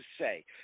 say